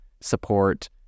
support